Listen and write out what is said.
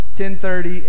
10.30